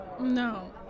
no